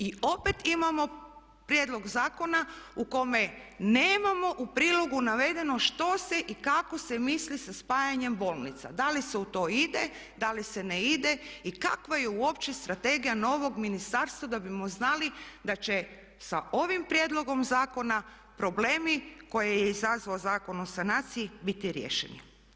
I opet imamo prijedlog zakona u kome nemamo u prilogu navedeno što se i kako se misli sa spajanjem bolnica, da li se u to ide, da li se ne ide i kakva je uopće strategija novog ministarstva da bimo znali da će sa ovim prijedlogom zakona problemi koje je izazvao Zakon o sanaciji biti riješeni.